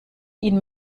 ihn